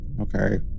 Okay